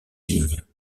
vignes